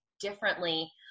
differently